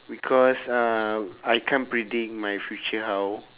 because uh I can't predict my future how